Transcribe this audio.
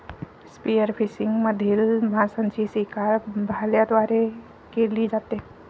spearfishing मधील माशांची शिकार भाल्यांद्वारे केली जाते